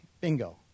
Bingo